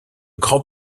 grand